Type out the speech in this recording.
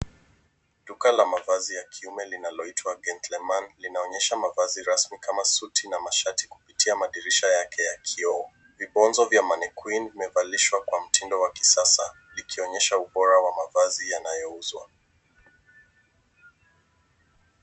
Duka la mavazi ya kiume linaloitwa GENTLEMAN linaonyesha mavazi rasmi kama suti na mashati kupitia madirisha yake ya kioo. Vibonzo vya mannequine vimevalishwa kwa mtindo wa kisasa likionyesha ubora wa mavazi yanayouzwa.